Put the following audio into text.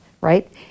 right